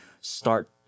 start